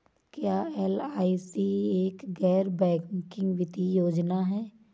क्या एल.आई.सी एक गैर बैंकिंग वित्तीय योजना है?